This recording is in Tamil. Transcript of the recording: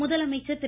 முதலமைச்சர் திரு